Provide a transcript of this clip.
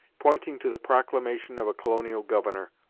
pointing to the proclamation of a colonial governor,